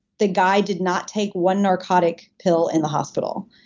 the guy did not take one narcotic pill in the hospital.